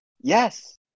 Yes